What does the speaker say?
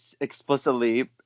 explicitly